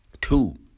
Two